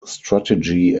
strategy